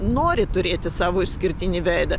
nori turėti savo išskirtinį veidą